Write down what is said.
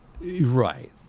Right